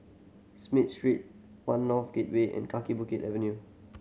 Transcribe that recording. Smith Street One North Gateway and Kaki Bukit Avenue